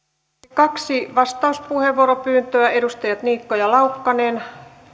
kaksi vastauspuheenvuoropyyntöä edustajat niikko ja laukkanen